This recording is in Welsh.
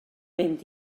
fynd